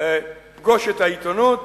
"פגוש את העיתונות"